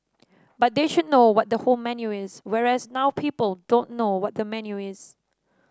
but they should know what the whole menu is whereas now people don't know what the menu is